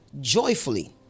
joyfully